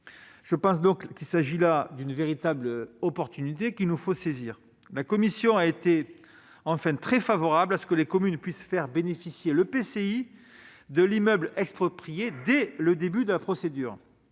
Je pense qu'il s'agit d'une véritable opportunité qu'il nous faut saisir. Enfin, la commission a été très favorable à ce que la commune puisse faire bénéficier l'EPCI de l'immeuble exproprié dès le début de la procédure,